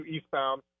Eastbound